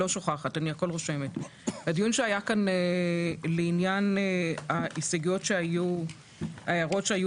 הדיון שהיה כאן לעניין ההערות שהיו